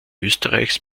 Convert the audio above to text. österreichs